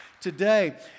today